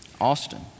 Austin